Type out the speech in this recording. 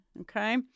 Okay